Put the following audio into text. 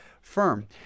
firm